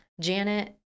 Janet